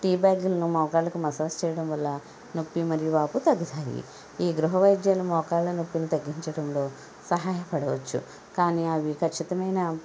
tea బ్యాగులను మోకాళ్ళకు massage చేయడం వల్ల నొప్పి మరియు వాపు తగ్గుతాయి ఈ గృహవైద్యాలను మోకాళ్ళ నొప్పిని తగ్గించడంలో సహాయపడొచ్చు కాని అవి ఖచ్చితమైన